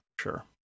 sure